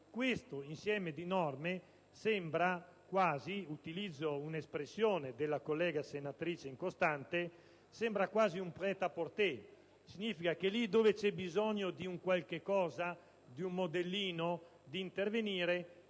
Questo insieme di norme sembra quasi - utilizzo un'espressione della collega senatrice Incostante - un *prêt-à-porter.* Significa che laddove c'è bisogno di qualcosa, di un modellino, di intervenire,